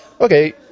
okay